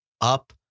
up